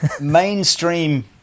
mainstream